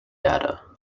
data